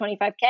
25k